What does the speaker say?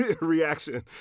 reaction